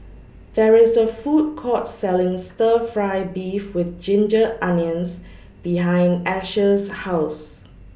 There IS A Food Court Selling Stir Fry Beef with Ginger Onions behind Asher's House